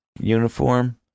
uniform